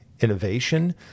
innovation